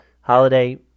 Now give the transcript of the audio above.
Holiday